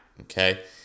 Okay